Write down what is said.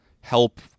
help